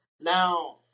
Now